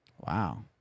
Wow